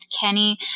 Kenny